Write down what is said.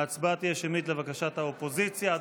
ההצבעה תהיה שמית לבקשת האופוזיציה.